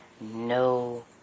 no